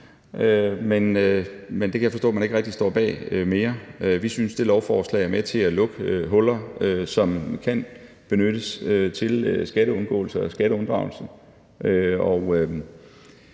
Men det kan jeg forstå at man ikke rigtig står bag mere. Vi synes, det lovforslag er med til at lukke huller, som kan benyttes til skatteundgåelse og skatteunddragelse.